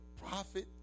prophet